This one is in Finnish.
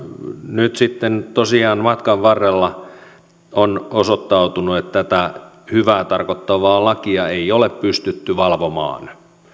nyt sitten tosiaan matkan varrella on osoittautunut että tätä hyvää tarkoittavaa lakia ei ole pystytty valvomaan